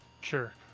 Sure